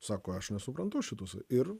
sako aš nesuprantu šitos ir